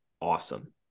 awesome